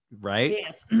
right